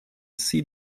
see